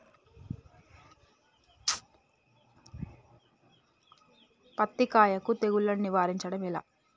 పత్తి కాయకు తెగుళ్లను నివారించడం ఎట్లా?